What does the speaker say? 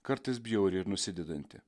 kartais bjauri ir nusidedanti